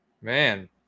man